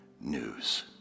news